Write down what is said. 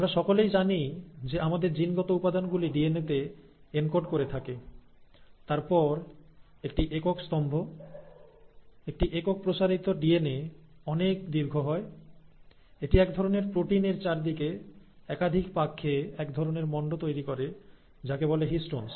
আমরা সকলেই জানি যে আমাদের জিনগত উপাদানগুলি ডিএনএতে এনকোড করে থাকে তার পর একটি একক স্তম্ভ একটি একক প্রসারিত ডিএনএ অনেক দীর্ঘ হয় এটি এক ধরনের প্রোটিন এর চারদিকে একাধিক পাক খেয়ে এক ধরনের মন্ড তৈরি করে যাকে বলে হিষ্টনস